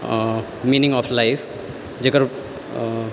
minimum of life जकर